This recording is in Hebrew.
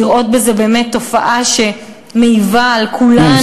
לראות בזה תופעה שמעיבה על כולנו,